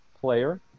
player